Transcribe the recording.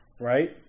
Right